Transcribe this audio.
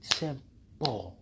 simple